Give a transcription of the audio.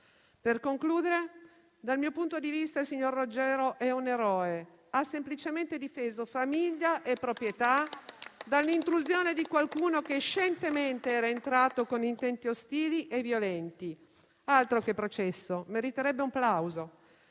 Per concludere, dal mio punto di vista il signor Roggero è un eroe. Ha semplicemente difeso famiglia e proprietà dall'intrusione di qualcuno che scientemente era entrato con intenti ostili e violenti. Altro che processo, meriterebbe un plauso.